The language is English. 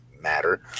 matter